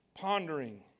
pondering